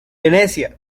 venecia